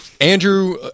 Andrew